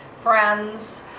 friends